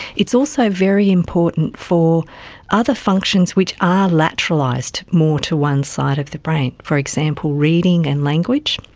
it's also very important for other functions which are lateralised more to one side of the brain. for example, reading and language.